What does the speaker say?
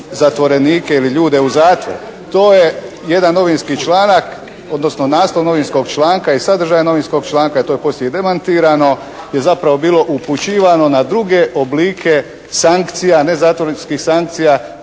zatvorenike ili ljude u zatvor. To je jedan novinski članak odnosno naslov novinskog članka i sadržaj iz novinskog članka. To je poslije i demantirano i zapravo bilo upućivano na druge oblike sankcija, ne zatvorskih sankcija,